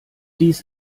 dies